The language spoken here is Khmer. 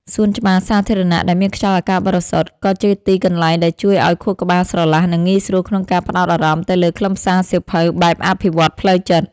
សួនច្បារសាធារណៈដែលមានខ្យល់អាកាសបរិសុទ្ធ ក៏ជាទីកន្លែងដែលជួយឱ្យខួរក្បាលស្រឡះ និងងាយស្រួលក្នុងការផ្ដោតអារម្មណ៍ទៅលើខ្លឹមសារសៀវភៅបែបអភិវឌ្ឍផ្លូវចិត្ត។